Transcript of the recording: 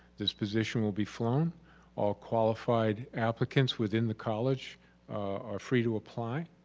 this position will be flown all qualified applicants within the college are free to apply